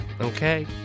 okay